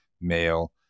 male